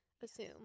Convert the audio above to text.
assume